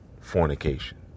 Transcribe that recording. fornication